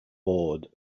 board